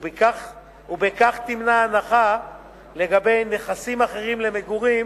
ובכך תימנע הנחה לגבי נכסים אחרים למגורים